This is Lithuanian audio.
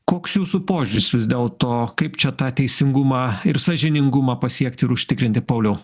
koks jūsų požiūris vis dėlto kaip čia tą teisingumą ir sąžiningumą pasiekt ir užtikrinti pauliau